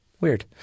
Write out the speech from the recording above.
Weird